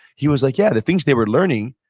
he was like, yeah, the things they were learning,